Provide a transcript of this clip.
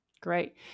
Great